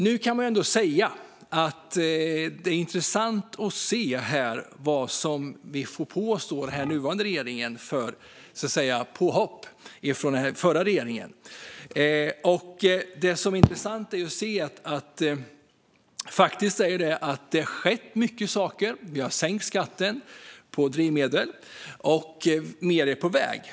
Nu är det intressant att höra vilka påhopp vi i den nuvarande regeringen utsätts för av den förra regeringen. Det har faktiskt skett mycket. Vi har sänkt skatten på drivmedel, och mer är på väg.